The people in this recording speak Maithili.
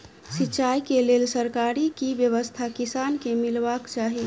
सिंचाई केँ लेल सरकारी की व्यवस्था किसान केँ मीलबाक चाहि?